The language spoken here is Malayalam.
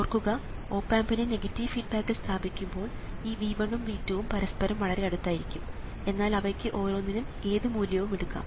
ഓർക്കുക ഓപ് ആമ്പിനെ നെഗറ്റീവ് ഫീഡ്ബാക്കിൽ സ്ഥാപിക്കുമ്പോൾ ഈ V1 ഉം V2 ഉം പരസ്പരം വളരെ അടുത്തായിരിക്കും എന്നാൽ അവയ്ക്ക് ഓരോന്നിനും ഏത് മൂല്യവും എടുക്കാം